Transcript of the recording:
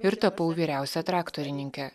ir tapau vyriausia traktorininke